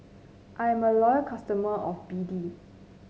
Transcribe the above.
I am a loyal customer of B D